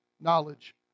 knowledge